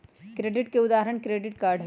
credit के उदाहरण credit card हई